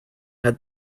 had